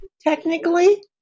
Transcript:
Technically